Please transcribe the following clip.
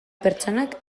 pertsonak